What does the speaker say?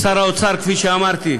לשר האוצר, כפי שאמרתי,